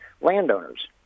landowners